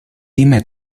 dime